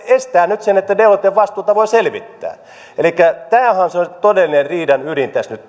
estää nyt sen että deloitten vastuuta voi selvittää tämähän on se todellinen riidan ydin nyt